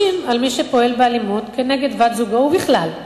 על מי שפועל באלימות כנגד בת-זוגו ובכלל.